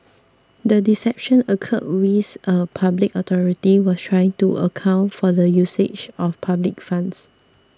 the deception occurred whilst a public authority was trying to account for the usage of public funds